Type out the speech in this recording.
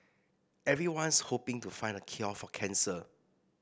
everyone's hoping to find the cure for cancer